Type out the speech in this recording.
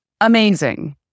amazing